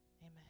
Amen